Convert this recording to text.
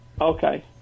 Okay